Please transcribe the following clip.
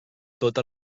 tota